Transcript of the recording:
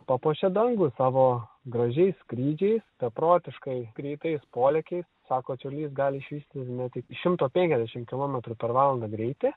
papuošia dangų savo gražiais skrydžiais beprotiškai greitais polėkiais sako čiurlys gali išvystyti net iki šimto penkiasdešim kilometrų per valandą greitį